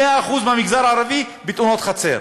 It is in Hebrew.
100% ההרוגים מתאונות החצר,